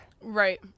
Right